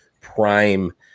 prime